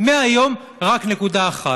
מהיום רק נקודה אחת.